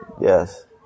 yes